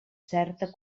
certa